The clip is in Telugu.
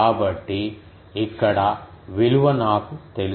కాబట్టి ఇక్కడ విలువ నాకు తెలుసు